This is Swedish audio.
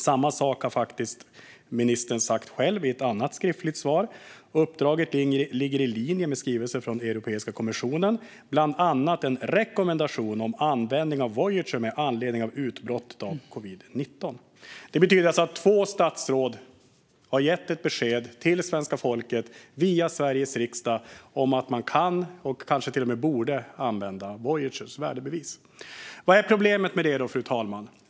Samma sak har faktiskt ministern sagt själv i ett annat skriftligt svar: "Uppdraget ligger i linje med skrivelser från Europeiska kommissionen, bl.a. en rekommendation om användningen av vouchrar med anledning av utbrottet av covid-19." Detta betyder att två statsråd har gett ett besked till svenska folket, via Sveriges riksdag, om att man kan och kanske till och med borde använda vouchrar och värdebevis. Vad är då problemet med detta, fru talman?